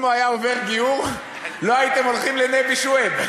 אם הוא היה עובר גיור לא הייתם הולכים לנבי שועייב,